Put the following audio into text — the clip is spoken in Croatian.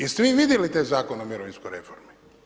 Jeste vi vidjeli taj Zakon o mirovinskoj reformi?